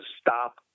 stop